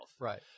Right